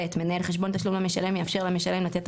מנהל חשבון תשלום למשלם יאפשר למשלם לתת